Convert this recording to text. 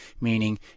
meaning